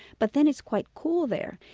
but then it's quite cool there,